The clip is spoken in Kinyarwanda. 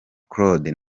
claude